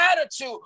attitude